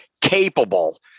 capable